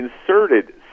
inserted